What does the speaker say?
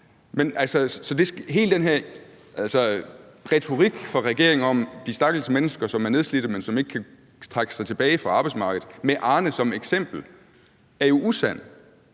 Så hele den her retorik fra regeringen om de stakkels mennesker, som er nedslidte, men som ikke kan trække sig tilbage fra arbejdsmarkedet – med Arne som et eksempel – er jo usand.